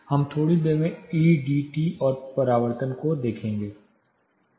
हम थोड़ी देर में ईडीटी और परावर्तन को देखेंगे